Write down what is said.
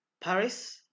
Paris